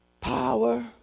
Power